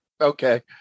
Okay